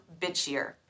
bitchier